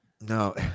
No